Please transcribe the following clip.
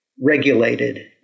regulated